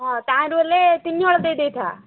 ହଁ ତାଠୁ ହେଲେ ତିନି ହଳ ଦେଇଦେଇଥା